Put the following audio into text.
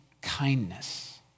kindness